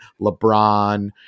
LeBron